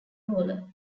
bowler